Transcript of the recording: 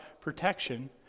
protection